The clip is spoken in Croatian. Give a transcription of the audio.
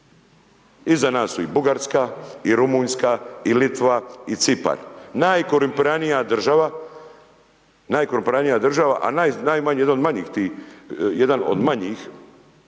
Iza nas su i Bugarska i Rumunjska i Litva i Cipar. Najkorumpiranija država, najkorumpiranija država,